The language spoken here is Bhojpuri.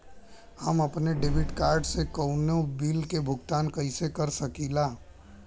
हम अपने डेबिट कार्ड से कउनो बिल के भुगतान कइसे कर सकीला?